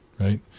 Right